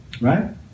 Right